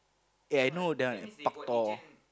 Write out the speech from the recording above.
eh I know that one paktor